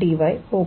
1𝑑𝑦 होगा